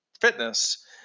fitness